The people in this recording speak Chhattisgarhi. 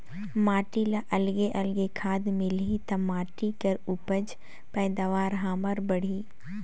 माटी ल अलगे अलगे खाद मिलही त माटी कर उपज पैदावार हमर बड़ही